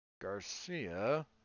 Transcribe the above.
Garcia